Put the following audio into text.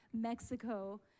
Mexico